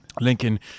Lincoln